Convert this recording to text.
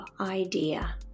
idea